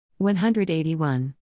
181